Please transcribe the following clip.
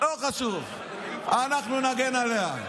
לא חשוב, אנחנו נגן עליה.